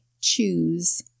choose